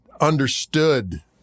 understood